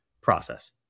process